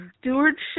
stewardship